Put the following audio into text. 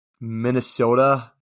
Minnesota